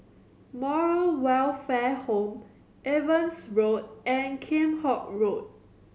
Moral Welfare Home Evans Road and Kheam Hock Road